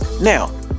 Now